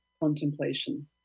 contemplation